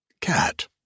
Cat